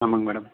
ஆமாங்க மேடம்